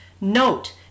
Note